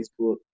Facebook